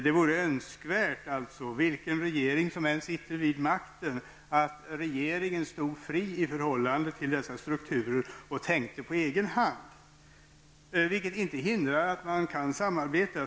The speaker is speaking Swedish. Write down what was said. Det vore önskvärt, vilken som än sitter vid makten, att regeringen stod fri i förhållande till dessa strukturer och tänkte på egen hand. Det hindrar inte att man kan samarbeta.